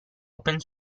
open